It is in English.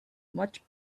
much